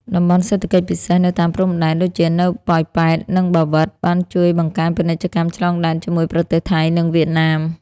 តំបន់សេដ្ឋកិច្ចពិសេស នៅតាមព្រំដែន ដូចជានៅប៉ោយប៉ែត និងបាវិត បានជួយបង្កើនពាណិជ្ជកម្មឆ្លងដែនជាមួយប្រទេសថៃ និងវៀតណាម។